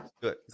Good